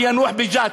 ביאנוח-ג'ת,